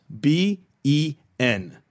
B-E-N